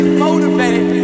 motivated